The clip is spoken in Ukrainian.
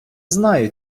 знаю